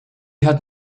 had